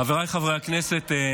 חבריי חברי הכנסת,